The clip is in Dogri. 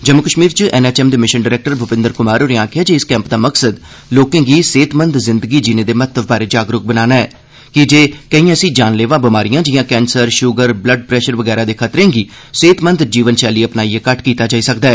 जम्मू कश्मीर च एनएचएम दे मिशन डरैक्टर भूपिंदर कुमार होरें आखेआ ऐ जे इस कैंप दा मकसद लोकें गी सेहतमंद जिंदगी जीने दे महत्व बारै जागरूक बनाना ऐ कीजे केई ऐसी जानलेवा बमारियां जिआं कैंसर शूगर ब्लड प्रैशर वगैरा दे खतरें गी सेहत जीवनशैली अपनाइयै घट्ट कीता जाई सकदा ऐ